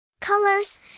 Colors